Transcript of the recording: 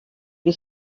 que